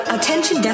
Attention